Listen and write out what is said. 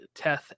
Teth